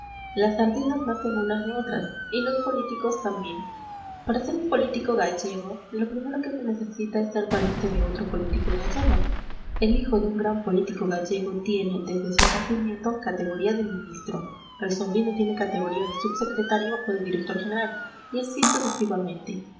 las sardinas nacen unas de otras y los políticos también para ser un político gallego lo primero que se necesita es ser pariente de otro político gallego el hijo de un gran político gallego tiene desde su nacimiento categoría de ministro el sobrino tiene categoría de subsecretario o de director general y así sucesivamente